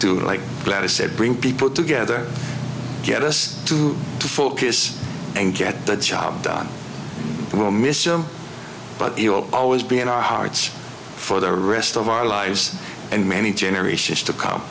to like that he said bring people together get us to focus and get the job done and we'll miss him but it will always be in our hearts for the rest of our allies and many generations to come